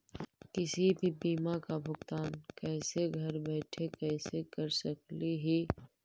किसी भी बीमा का भुगतान कैसे घर बैठे कैसे कर स्कली ही?